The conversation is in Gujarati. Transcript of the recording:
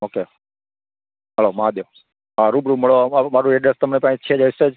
ઓકે હર મહાદેવ રૂબરૂ મડવાં આવો મારુ એડ્રેસ તમારી પાંહે છે જ એ